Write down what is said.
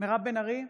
מירב בן ארי,